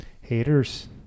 Haters